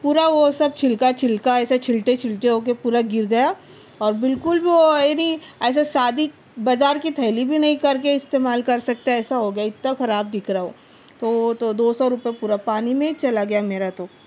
پورا وہ سب چھلکا چھلکا ایسے چھلٹے چھلٹے ہو کے پورا گر گیا اور بالکل بھی وہ یعنی ایسے سادی بازار کی تھیلی بھی نہیں کر کے استعمال کر سکتے ایسا ہو گیا اتنا خراب دکھ رہا وہ تو تو دو سو روپے پورا پانی میں ہی چلا گیا میرا تو